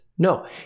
No